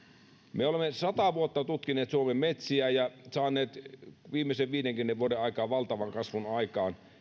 me olemme sata vuotta tutkineet suomen metsiä ja saaneet viimeisen viidenkymmenen vuoden aikana valtavan kasvun aikaan